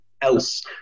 else